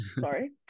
Sorry